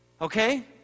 Okay